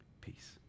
peace